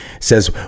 says